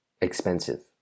expensive